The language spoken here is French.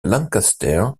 lancaster